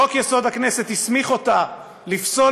חוק-יסוד: הכנסת הסמיך אותה לפסול